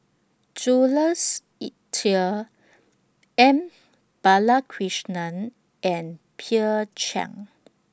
Jules Itier M Balakrishnan and peer Chiang